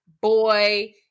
boy